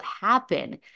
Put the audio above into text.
happen